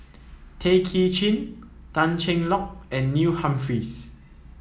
Tay Kay Chin Tan Cheng Lock and Neil Humphreys